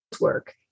work